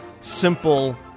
simple